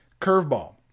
Curveball